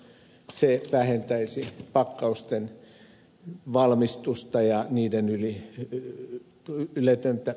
se vähentäisi pakkausten valmistusta ja niiden yletöntä käyttöä